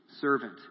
servant